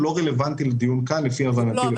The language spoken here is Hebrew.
לא